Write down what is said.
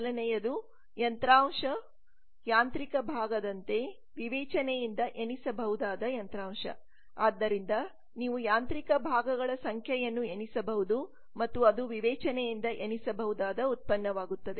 ಮೊದಲನೆಯದು ಯಂತ್ರಾಂಶ ಯಾಂತ್ರಿಕ ಭಾಗದಂತೆ ವಿವೇಚನೆಯಿಂದ ಎಣಿಸಬಹುದಾದ ಯಂತ್ರಾಂಶ ಆದ್ದರಿಂದ ನೀವು ಯಾಂತ್ರಿಕ ಭಾಗಗಳ ಸಂಖ್ಯೆಯನ್ನು ಎಣಿಸಬಹುದು ಮತ್ತು ಅದು ವಿವೇಚನೆಯಿಂದ ಎಣಿಸಬಹುದಾದ ಉತ್ಪನ್ನವಾಗುತ್ತದೆ